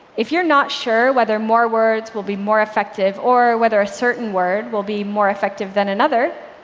if you're not sure whether more words will be more effective or whether a certain word will be more effective than another,